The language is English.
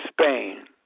Spain